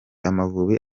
amavubi